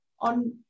on